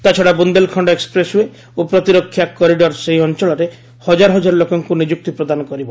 ତା'ଛଡ଼ା Bundelkhand expressway ଓ ପ୍ରତିରକ୍ଷା କରିଡ଼ର ସେହି ଅଞ୍ଚଳରେ ହଜାର ହଜାର ଲୋକଙ୍କୁ ନିଯୁକ୍ତି ପ୍ରଦାନ କରିବ